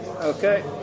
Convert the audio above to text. Okay